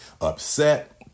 upset